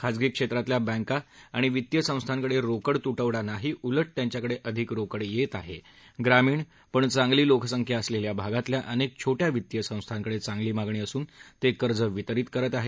खासगी क्षेत्रातल्या बँका आणि वित्तीय संस्थांकडे रोकड तुटवडा नाही उलट त्यांच्याकडे अधिक रोकड येत आहे ग्रामीण पण चांगली लोकसंख्या असलेल्या भागातल्या अनेक छोटया वित्तीय संस्थांकडे चांगली मागणी असून ते कर्ज वितरीत करत आहेत